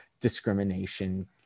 discrimination